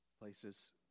places